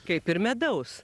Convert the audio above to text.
kaip ir medaus